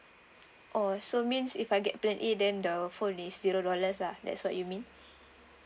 orh so means if I get plan A then the phone is zero dollars lah that's what you mean